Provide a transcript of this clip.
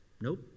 Nope